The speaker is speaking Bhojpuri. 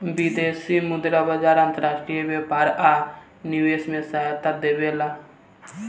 विदेशी मुद्रा बाजार अंतर्राष्ट्रीय व्यापार आ निवेश में सहायता देबेला